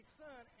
son